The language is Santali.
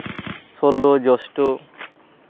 ᱥᱳᱞᱞᱳᱭ ᱡᱳᱥᱴᱚ